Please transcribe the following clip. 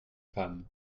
femme